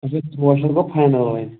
اَچھا ترٛواہ شتھ گوٚو فاینَل وۅنۍ